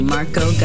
Marco